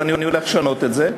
ואני הולך לשנות את זה,